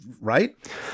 right